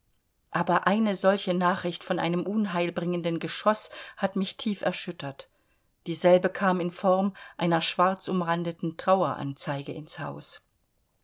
aber eine solche nachricht von einem unheilbringenden geschoß hat mich tief erschüttert dieselbe kam in form einer schwarzumrandeten traueranzeige ins haus